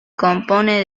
compone